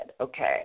okay